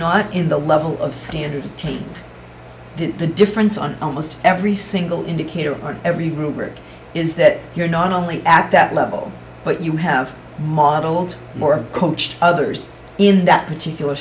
not in the level of standard to take the difference on almost every single indicator or every rubric is that you're not only at that level but you have modeled more coached others in that particular